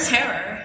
Terror